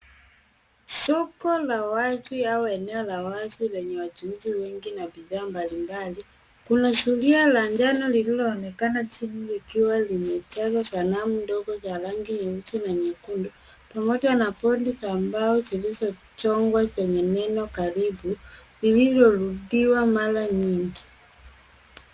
Soko la wazi au eneo la wazi lenye wachuuzi wengi na bidhaa mbalimbali. Kuna zulia la njano lililoonekana chini likiwa limejazwa sanamu ndogo za rangi nyeusi na nyekundu pamoja na bodi za mbao zilizochongwa zenye neno karibu lililorudiwa mara nyingi.